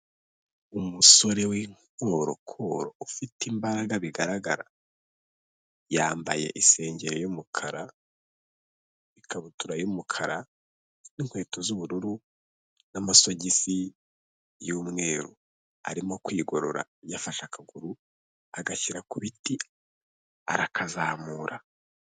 Umusore w'inkorokoro ufite imbaraga bigaragara, yambaye isengeri y'umukara, ikabutura y'umukara n'inkweto z'ubururu n'amasogisi y'umweru, arimo kwigorora yafashe akaguru agashyira ku biti arakazamura.